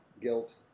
guilt